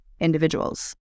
Individuals